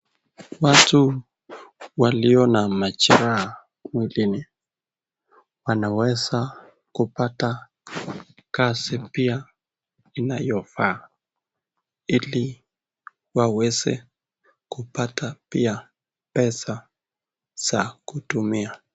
Watu walio na majeraha mwilini wanaweza kupata kazi pia inayofaa, ili waweze kupata pia pesa za kutumia.